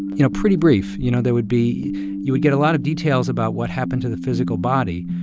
you know, pretty brief. you know, there would be you would get a lot of details about what happened to the physical body.